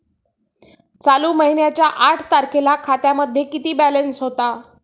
चालू महिन्याच्या आठ तारखेला खात्यामध्ये किती बॅलन्स होता?